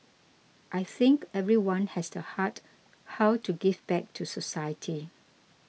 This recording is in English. I think everyone has the heart how to give back to society